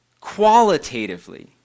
qualitatively